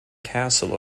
castle